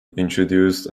introduced